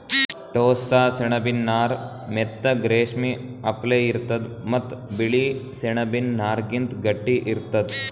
ಟೋಸ್ಸ ಸೆಣಬಿನ್ ನಾರ್ ಮೆತ್ತಗ್ ರೇಶ್ಮಿ ಅಪ್ಲೆ ಇರ್ತದ್ ಮತ್ತ್ ಬಿಳಿ ಸೆಣಬಿನ್ ನಾರ್ಗಿಂತ್ ಗಟ್ಟಿ ಇರ್ತದ್